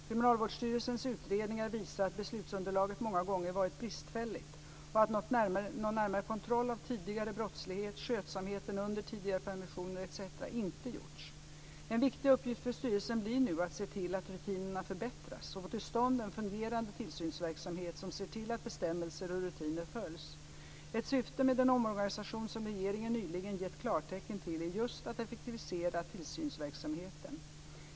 Kriminalvårdsstyrelsens utredning visar att beslutsunderlaget många gånger varit bristfälligt och att någon närmare kontroll av tidigare brottslighet, skötsamheten under tidigare permissioner etc. inte gjorts. En viktig uppgift för styrelsen blir nu att se till att rutinerna förbättras och få till stånd en fungerande tillsynsverksamhet som ser till att bestämmelser och rutiner följs. Ett syfte med den omorganisation som regeringen nyligen gett klartecken till är just att effektivisera tillsynsverksamheten.